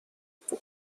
بازیکن